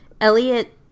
Elliot